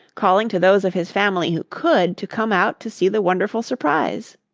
calling to those of his family who could, to come out to see the wonderful surprise.